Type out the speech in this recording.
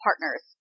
partners